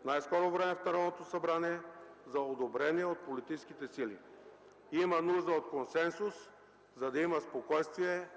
в най-скоро време в Народното събрание за одобрение от политическите сили. Има нужда от консенсус, за да има спокойствие